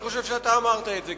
אני חושב שגם אתה אמרת את זה.